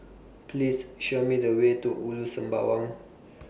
Please Show Me The Way to Ulu Sembawang